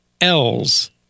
L's